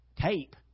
Tape